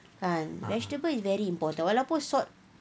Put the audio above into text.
kan vegetables is very important walaupun put salt